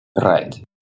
Right